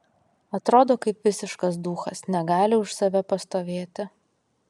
atrodo kaip visiškas duchas negali už save pastovėti